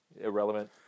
irrelevant